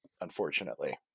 unfortunately